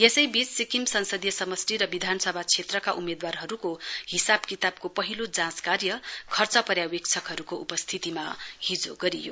यसै बीच सिक्किम संसदीय समष्टि र विधानसभा क्षेत्रका उम्मेद्वारहरूको हिसाब किताबको पहिलो जाँच कार्य खर्च पर्यवेक्षकहरूको उपस्थितिमा हिजो गरियो